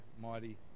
mighty